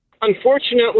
unfortunately